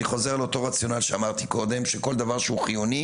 אני חוזר לאותו רציונל שאמרתי קודם שכל דבר שהוא חיוני